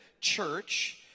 church